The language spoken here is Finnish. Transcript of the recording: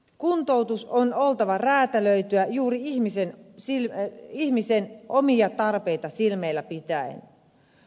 kuntoutuksen on oltava räätälöityä juuri ihmisen omia tarpeita silmälläpitäen